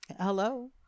hello